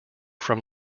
from